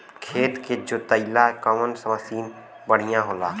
खेत के जोतईला कवन मसीन बढ़ियां होला?